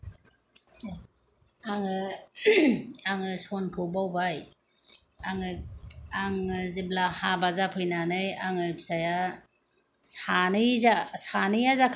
आङो आङो सनखौ बावबाय आङो आङो जेब्ला हाबा जाफैनानै आंनि फिसाया सानै जा सानै आ जाखांनानै आरो सासे आ